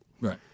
Right